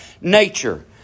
nature